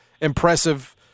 impressive –